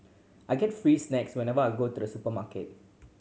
I get free snacks whenever I go to the supermarket